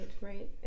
right